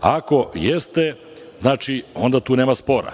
Ako jeste, onda tu nema spora.